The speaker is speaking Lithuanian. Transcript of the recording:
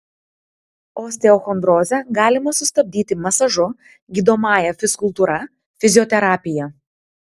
osteochondrozę galima sustabdyti masažu gydomąja fizkultūra fizioterapija